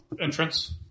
entrance